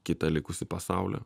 kitą likusį pasaulį